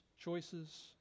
choices